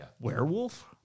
werewolf